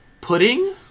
pudding